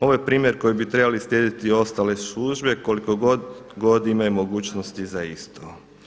Ovo je primjer koji bi trebali slijedite i ostale službe koliko god imaju mogućnosti za istu.